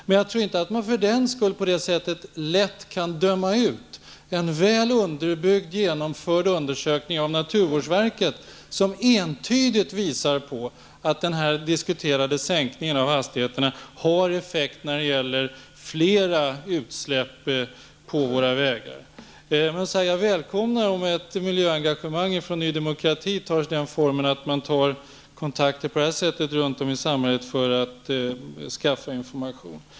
Men man kan inte för den skull lätt döma ut en väl underbyggd undersökning av naturvårdsverket, som entydigt visar på att den diskuterade sänkningen av hastigheterna har effekter när det gäller flera utsläpp på våra vägar. Jag välkomnar om ett miljöengagemang från Ny Demokratis sida tar sig den formen att kontakter tas runt om i samhället för att inhämta information.